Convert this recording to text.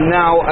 now